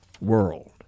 world